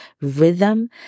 rhythm